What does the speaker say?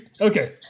Okay